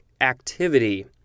activity